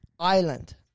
Island